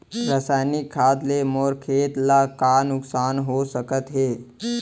रसायनिक खाद ले मोर खेत ला का नुकसान हो सकत हे?